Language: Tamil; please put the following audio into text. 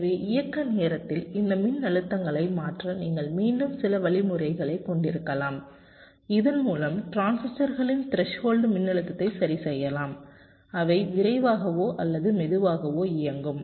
எனவே இயக்க நேரத்தில் இந்த மின்னழுத்தங்களை மாற்ற நீங்கள் மீண்டும் சில வழிமுறைகளைக் கொண்டிருக்கலாம் இதன்மூலம் டிரான்சிஸ்டர்களின் த்ரெஸ்ஹோல்டு மின்னழுத்தத்தை சரிசெய்யலாம் அவை விரைவாகவோ அல்லது மெதுவாகவோ இயங்கும்